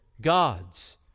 gods